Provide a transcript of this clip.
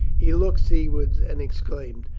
he looked sea wards and exclaimed,